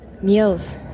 meals